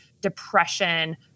depression